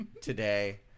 Today